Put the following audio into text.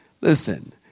Listen